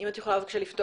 להתייעצות